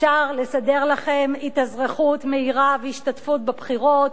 אפשר לסדר לכם התאזרחות מהירה והשתתפות בבחירות,